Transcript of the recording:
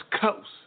Coast